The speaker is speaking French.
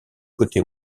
côté